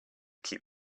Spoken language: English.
keep